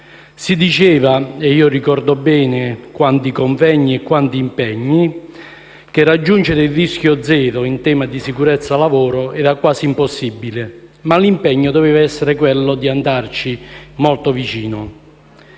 Si diceva - ricordo bene i tanti convegni e impegni - che raggiungere il rischio zero in tema di sicurezza lavoro era quasi impossibile, ma l'impegno doveva essere quello di andarci molto vicino.